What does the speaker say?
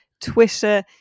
Twitter